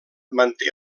manté